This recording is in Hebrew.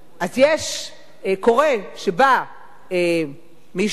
אז קורה שבא מישהו,